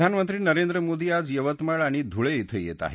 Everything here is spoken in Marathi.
प्रधानमंत्री नरेंद्र मोदी आज यवतमाळ आणि धुळे इथं येत आहेत